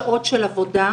שעות של עבודה,